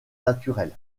naturelle